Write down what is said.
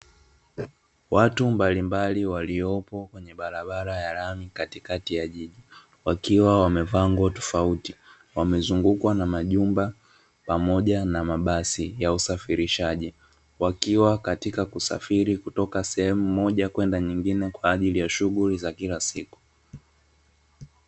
Watu mbalimbali waliopo kwenye barabara ya lami katikati ya jiji, wakiwa wamevaa nguo tofauti, wamezungukwa na majumba pamoja na mabasi ya usafirishaji, wakiwa katika kusafiri kutoka seemu moja kwenda nyingine kwa ajili ya shughuli za kila siku.